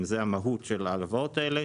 וזה המהות של ההלוואות האלה.